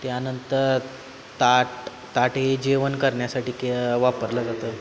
त्यानंतर ताट ताट हे जेवण करण्यासाठी की वापरलं जातं